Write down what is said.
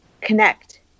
connect